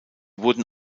wurden